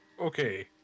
okay